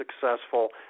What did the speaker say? successful